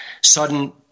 Sudden